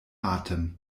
atem